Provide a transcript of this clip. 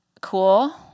cool